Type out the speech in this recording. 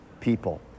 people